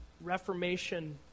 Reformation